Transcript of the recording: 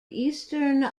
eastern